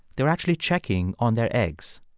they're actually checking on their eggs.